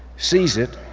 seize it,